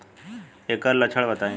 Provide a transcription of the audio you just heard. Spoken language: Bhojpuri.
ऐकर लक्षण बताई?